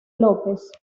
lópez